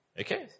Okay